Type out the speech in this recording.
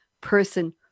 person